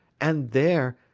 and there,